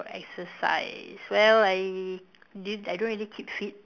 exercise well I dude I don't really keep fit